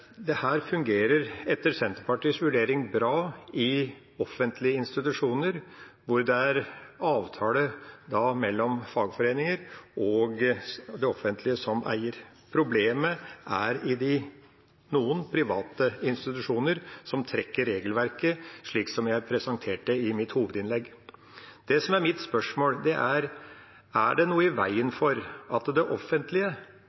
fungerer etter Senterpartiets vurdering bra i offentlige institusjoner, hvor det er avtale mellom fagforeninger og det offentlige som eier. Problemet er i noen private institusjoner, som trekker regelverket, slik som jeg presenterte i mitt hovedinnlegg. Det som er mitt spørsmål, er: Er det noe i veien